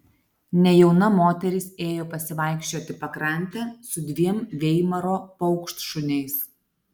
nejauna moteris ėjo pasivaikščioti pakrante su dviem veimaro paukštšuniais